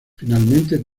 finalmente